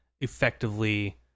effectively